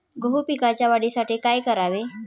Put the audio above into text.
गहू पिकाच्या वाढीसाठी काय करावे?